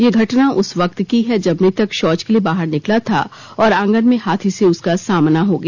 यह घटना उस वक्त की है जब मृतक शौच के लिए बाहर निकला था और आंगन में हाथी से उसका सामना हो गया